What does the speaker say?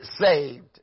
saved